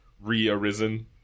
re-arisen